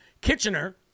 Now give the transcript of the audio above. Kitchener